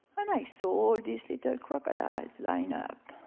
and i saw this little crocodiles lined up,